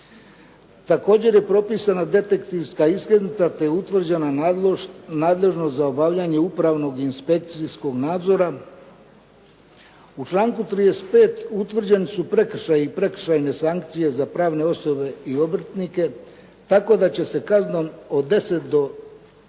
Također je propisana detektivska iskaznica te je utvrđena nadležnost za obavljanje upravnog inspekcijskog nadzora. U članku 35. utvrđeni su prekršaji i prekršajne sankcije za pravne osobe i obrtnike, tako da će se kaznom od 10 do 50